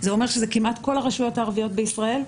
זה אומר שזה כמעט כל הרשויות הערביות בישראל.